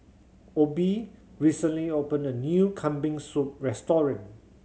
Obie recently opened a new Kambing Soup restaurant